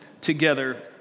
together